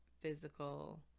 physical